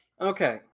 Okay